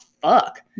fuck